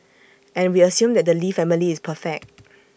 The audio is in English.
and we assume that the lee family is perfect